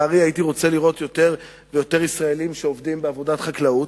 הייתי רוצה לראות יותר ויותר ישראלים שעובדים בעבודת חקלאות,